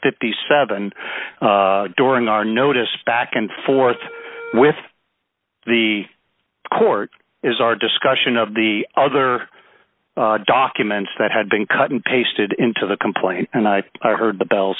fifty seven during our notice back and forth with the court as our discussion of the other documents that had been cut and pasted into the complaint and i heard the bell